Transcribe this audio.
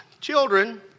Children